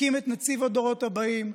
שהקים את נציב הדורות הבאים,